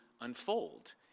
unfold